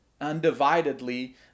undividedly